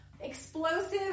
explosive